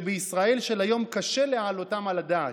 שבישראל של היום קשה להעלותם על הדעת.